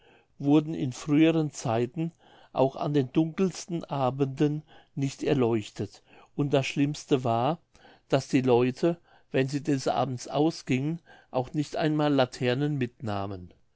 wurden in früheren zeiten auch an den dunkelsten abenden nicht erleuchtet und das schlimmste war daß die leute wenn sie des abends ausgingen auch nicht einmal laternen mitnahmen